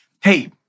Hey